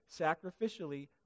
sacrificially